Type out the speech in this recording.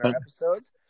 episodes